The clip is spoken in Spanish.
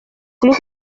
club